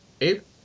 Abe